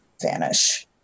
vanish